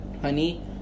Honey